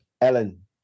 Ellen